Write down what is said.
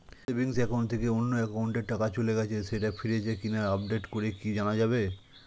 Savings account থেকে অন্য একাউন্টে টাকা চলে গেছে সেটা ফিরেছে কিনা আপডেট করে কি জানা যাবে?